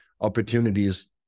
opportunities